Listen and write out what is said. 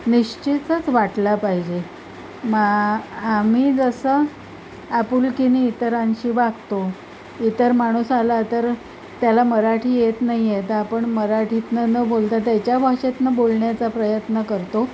निश्चितच वाटला पाहिजे मा आम्ही जसं आपुलकीनी इतरांशी वागतो इतर माणूस आला तर त्याला मराठी येत नाहीये तर आपण मराठीतनं न बोलतो त्याच्या भाषेतनं बोलण्याचा प्रयत्न करतो